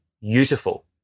beautiful